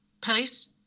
Police